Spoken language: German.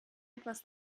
etwas